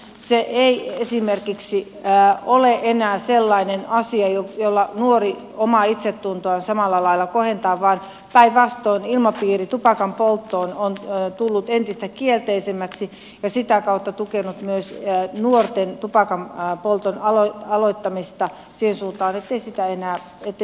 se ei esimerkiksi ole enää sellainen asia jolla nuori omaa itsetuntoaan samalla lailla kohentaa vaan päinvastoin ilmapiiri tupakanpolttoa kohtaan on tullut entistä kielteisemmäksi ja sitä kautta tukenut myös nuorten tupakanpolton aloittamista siihen suuntaan ettei tupakanpolttoa aloiteta